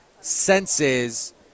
senses